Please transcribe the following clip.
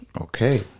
Okay